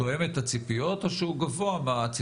תואם את הציפיות או שהוא גבוה מהציפיות